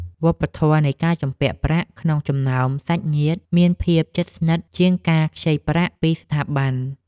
វប្បធម៌នៃការជំពាក់ប្រាក់ក្នុងចំណោមសាច់ញាតិមានភាពជិតស្និទ្ធជាងការខ្ចីប្រាក់ពីស្ថាប័ន។